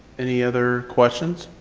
any other questions?